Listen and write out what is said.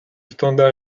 standard